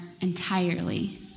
entirely